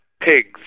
pigs